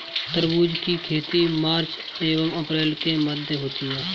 तरबूज की खेती मार्च एंव अप्रैल के मध्य होती है